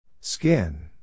Skin